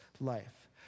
life